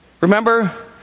Remember